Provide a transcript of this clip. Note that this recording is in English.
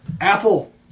Apple